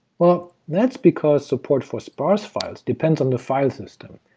well, that's because support for sparse files depends on the file system,